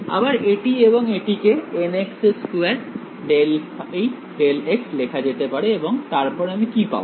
আবার এটি এবং এটিকে nx2∂ϕ∂x লেখা যেতে পারে এবং তারপর আমি কি পাবো